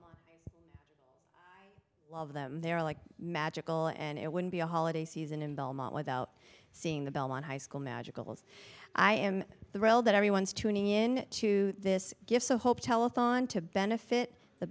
song love them they're like magical and it wouldn't be a holiday season in belmont without seeing the belmont high school magical i am thrilled that everyone's tuning in to this gives hope telethon to benefit the